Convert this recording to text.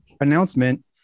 Announcement